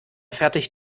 fertigt